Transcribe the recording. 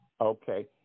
Okay